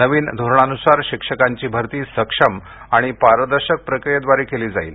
नवीन धोरणान्सार शिक्षकांची भरती सक्षम आणि पारदर्शक प्रक्रियेद्वारे केली जाईल